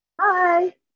Hi